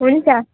हुन्छ